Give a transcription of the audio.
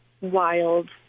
wild